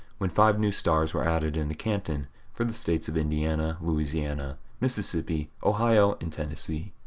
when five new stars were added in the canton for the states of indiana, louisiana, mississippi, ohio, and tennessee.